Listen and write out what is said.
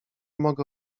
mogę